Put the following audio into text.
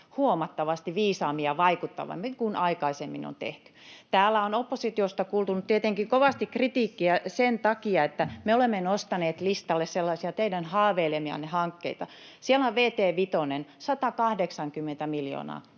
huomattavasti viisaammin ja vaikuttavammin kuin aikaisemmin on tehty. Täällä on oppositiosta kuultu nyt tietenkin kovasti kritiikkiä sen takia, että me olemme nostaneet listalle sellaisia teidän haaveilemianne hankkeita. Siellä on vt 5, 180 miljoonaa